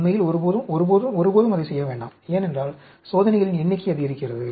உண்மையில் ஒருபோதும் ஒருபோதும் ஒருபோதும் அதைச் செய்ய வேண்டாம் ஏனென்றால் சோதனைகளின் எண்ணிக்கை அதிகரிக்கிறது